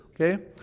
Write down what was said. Okay